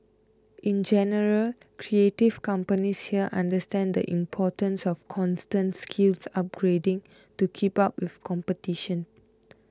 in general creative companies here understand the importance of constant skills upgrading to keep up with competition